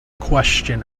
question